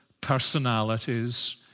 personalities